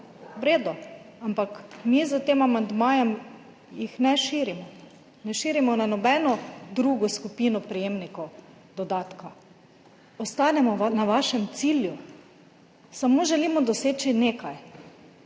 redu. Ampak mi jih s tem amandmajem ne širimo. Ne širimo jih na nobeno drugo skupino prejemnikov dodatka, ostanemo na vašem cilju. Samo želimo doseči, da